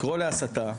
לקרוא להסתה,